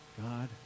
God